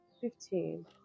fifteen